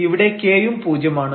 ഇവിടെ k യും പൂജ്യമാണ്